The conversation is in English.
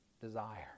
desire